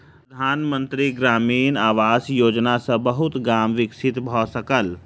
प्रधान मंत्री ग्रामीण आवास योजना सॅ बहुत गाम विकसित भअ सकल